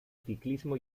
ciclismo